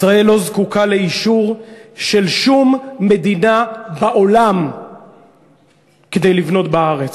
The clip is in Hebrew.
ישראל לא זקוקה לאישור של שום מדינה בעולם כדי לבנות בארץ.